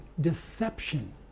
deception